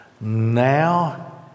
Now